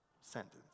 sentence